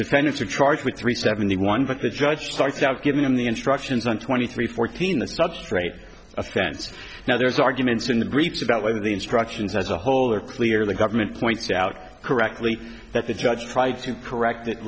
defendants are charged with three seventy one but the judge starts out giving them the instructions on twenty three fourteen the substrate askance now there's arguments in the greeks about whether the instructions as a whole are clear the government points out correctly that the judge tried to correct